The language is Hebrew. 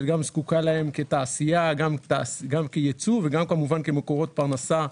זקוקה להם גם כתעשייה וגם כייצוא וגם כמקורות פרנסה.